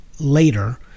Later